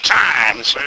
times